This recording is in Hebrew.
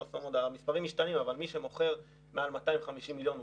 המספרים משתנים שמי שמוכר מעל 250 מיליון שקלים,